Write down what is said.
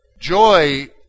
Joy